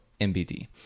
MBD